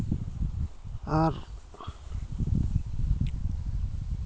ᱟᱨ